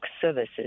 services